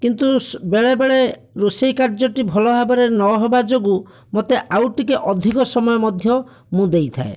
କିନ୍ତୁ ବେଳେ ବେଳେ ରୋଷେଇ କାର୍ଯ୍ୟଟି ଭଲ ଭାବରେ ନହେବା ଯୋଗୁଁ ମୋତେ ଆଉ ଟିକେ ଅଧିକ ସମୟ ମଧ୍ୟ ମୁଁ ଦେଇଥାଏ